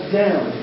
down